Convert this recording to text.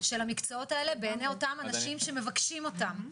של המקצועות האלה בעיניי אותם אנשים שמבקשים אותם.